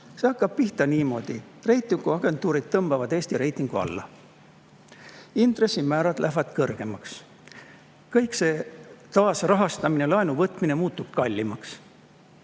See hakkab pihta niimoodi, et reitinguagentuurid tõmbavad Eesti reitingu alla. Intressimäärad lähevad kõrgemaks ja kõik see kaasrahastamine ja laenuvõtmine muutub kallimaks.